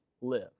live